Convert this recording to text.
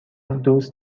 دوست